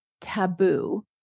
taboo